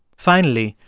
finally,